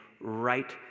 right